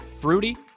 fruity